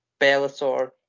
Bellator